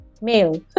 male